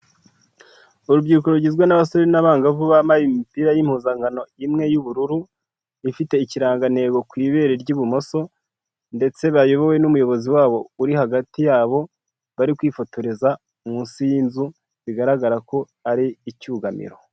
Urubyiruko rugizwe n'abasore n'abangavu bambaye imipira y'impuzankano imwe y'ubururu ifite ikirangantego ku ibere ry'ibumoso ndetse bayobowe n'umuyobozi wabo uri hagati yabo bari kwifotoreza munsi y'inzu bigaragara ko ari icyugamiro.